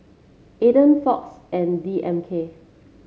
Aden Fox and D M K